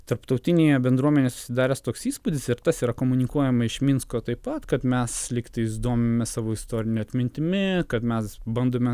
tarptautinėje bendruomenėje susidaręs toks įspūdis ir tas ir komunikuojama iš minsko taip pat kad mes lygtais domimės savo istorine atmintimi kad mes bandome